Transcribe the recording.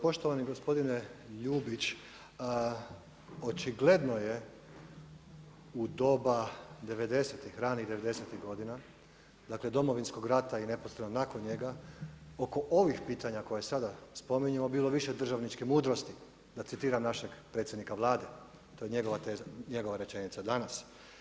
Poštovani gospodine Ljubić, očigledno je u doba 90', rane 90' godina, Domovinskog rata i neposredno nakon njega oko ovih pitanja koje sada spominju bilo više državničke mudrosti, da citiram našeg predsjednika Vlade, to je njegova teza, njegova rečenica, danas.